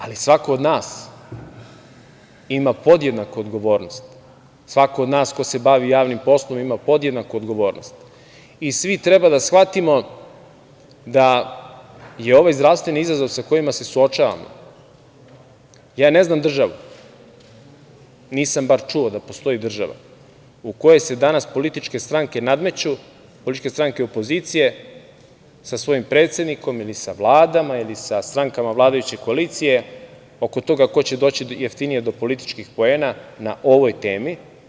Ali, svako od nas ima podjednaku odgovornost, svako od nas ko se bavi javnim poslom ima podjednaku odgovornost i svi treba da shvatimo da i ovaj zdravstveni izazov sa kojim se suočavamo, ja ne znam državu, nisam bar čuo da postoji država u kojoj se danas političke stranke nadmeću, političke stranke opozicije, sa svojim predsednikom ili sa vladama ili sa strankama vladajuće koalicije oko toga ko će doći jeftinije do političkih poena na ovoj temi.